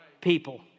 people